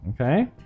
okay